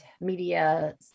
media